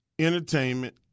entertainment